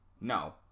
no